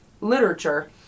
literature